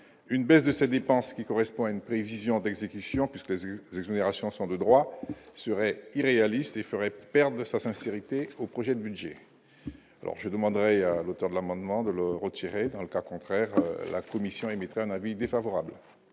une baisse de ses dépenses qui correspond à une prévision d'exécution puisque vu exonérations sont de droit serait irréaliste et ferait perdre sa sincérité au projet de budget, alors je demanderai à l'auteur de l'amendement de le retirer, dans le cas contraire, la Commission émettait un avis défavorable.